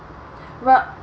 well